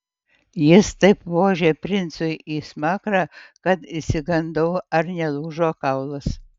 jis taip vožė princui į smakrą kad išsigandau ar nelūžo kaulas